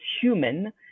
human